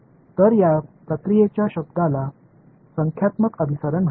तर या प्रक्रियेच्या शब्दाला संख्यात्मक अभिसरण म्हणतात